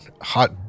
hot